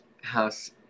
house